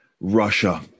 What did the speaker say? Russia